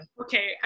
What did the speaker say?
Okay